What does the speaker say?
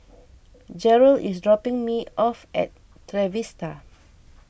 Jeryl is dropping me off at Trevista